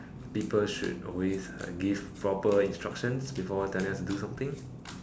people should always uh give proper instructions before telling us to do something